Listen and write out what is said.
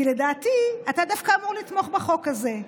כי לדעתי, אתה דווקא אמור לתמוך בחוק הזה.